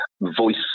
voice